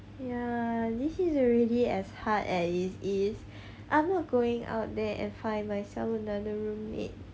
ya lah this is already as hard as it is I'm not going out there and find myself another roommate